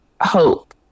hope